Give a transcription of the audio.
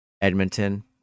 Edmonton